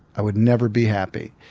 i would never be happy.